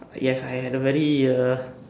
yes I had a very uh